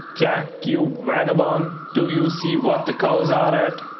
jack, you vagabone, do you see what the cows are at?